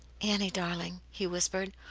annie, darling, he whispered,